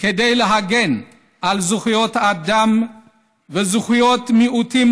כדי להגן על זכויות אדם וזכויות מיעוטים